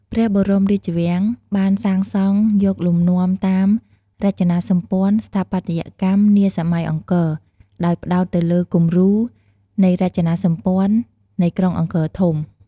ព្រះបរមរាជវាំងបានសាងសង់យកលំនាំតាម រចនាសម្ព័ន្ធស្ថាបត្យកម្មនាសម័យអង្គរ ដោយផ្ដោតទៅលើគំរូនៃរចនាសម្ព័ន្ធ នៃក្រុងអង្គរធំ។